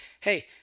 hey